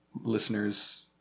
listeners